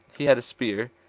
he had a spear,